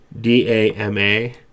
D-A-M-A